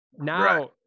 now